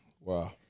Wow